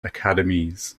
academies